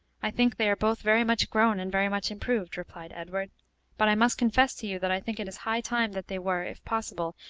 i think they are both very much grown and very much improved, replied edward but i must confess to you that i think it is high time that they were, if possible,